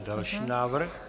Další návrh.